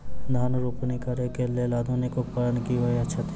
धान रोपनी करै कऽ लेल आधुनिक उपकरण की होइ छथि?